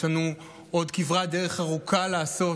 יש לנו עוד כברת דרך ארוכה לעשות